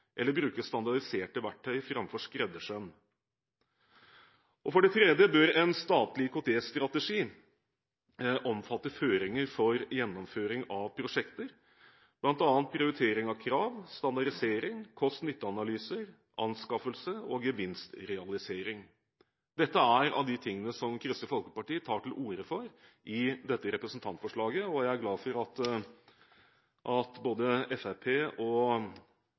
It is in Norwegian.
eller bruke standardiserte verktøy framfor skreddersøm. For det fjerde bør en statlig IKT-strategi omfatte føringer for gjennomføring av prosjekter, bl.a. prioritering av krav, standardisering, kost–nytte-analyser, anskaffelse og gevinstrealisering. Dette er noen av de tingene Kristelig Folkeparti tar til orde for i dette representantforslaget, og jeg er glad for at både Fremskrittspartiet og